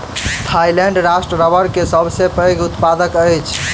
Thailand राष्ट्र रबड़ के सबसे पैघ उत्पादक अछि